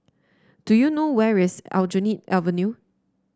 do you know where is Aljunied Avenue